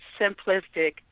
simplistic